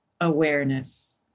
awareness